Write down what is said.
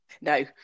No